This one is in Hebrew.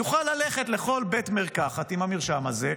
יוכל ללכת לכל בית מרקחת עם המרשם הזה.